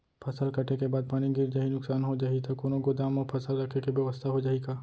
फसल कटे के बाद पानी गिर जाही, नुकसान हो जाही त कोनो गोदाम म फसल रखे के बेवस्था हो जाही का?